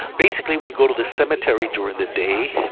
basically, we go to the cemetery during the day.